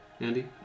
Andy